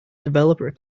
developer